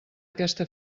aquesta